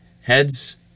Heads